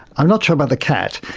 i'm not sure about the cat.